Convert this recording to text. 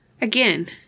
Again